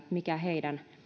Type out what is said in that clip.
mikä heidän